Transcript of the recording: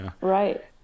right